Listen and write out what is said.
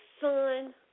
son